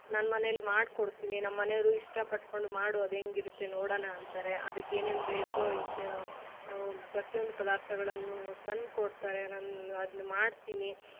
ನಾನು ಮನೇಲ್ಲಿ ಮಾಡಿಕೊಡ್ತೀನಿ ನಮ್ಮ ಮನೆಯವರು ಇಷ್ಟ ಪಟ್ಕೊಂಡು ಮಾಡು ಅದು ಹೆಂಗ್ ಇರುತ್ತೆ ನೋಡೋಣ ಅಂತಾರೆ ಅದಕ್ಕೆ ಏನೇನು ಬೇಕೋ ಇಂಥ ಪ್ರತಿಯೊಂದು ಪದಾರ್ಥಗಳನ್ನು ತಂದು ಕೊಡ್ತಾರೆ ನನ್ನ ಅದ್ನ ಮಾಡ್ತೀನಿ